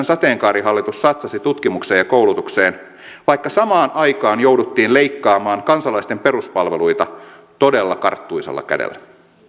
sateenkaarihallitus satsasi tutkimukseen ja koulutukseen vaikka samaan aikaan jouduttiin leikkaamaan kansalaisten peruspalveluita todella karttuisalla kädellä